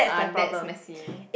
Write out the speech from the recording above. ah that's messy